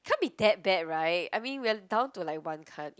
can't be that bad right I mean we're down to like one card